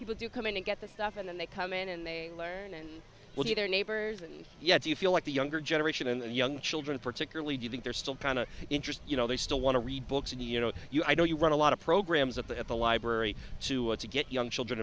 people to come in and get the stuff and then they come in and they learn and their neighbors and yet you feel like the younger generation and young children particularly do you think they're still kind of interest you know they still want to read books and you know you i know you write a lot of programs at the at the library to get young children